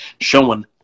Showing